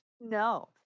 No